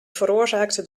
veroorzaakte